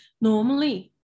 normally